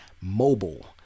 mobile